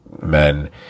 men